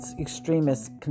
extremist